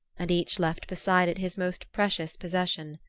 and each left beside it his most precious possession.